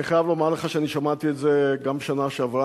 אני חייב לומר לך שאני שמעתי את זה גם בשנה שעברה,